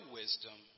wisdom